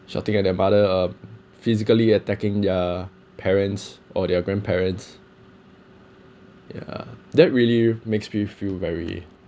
shouting at their mother or physically attacking their parents or their grandparents ya that really makes me feel very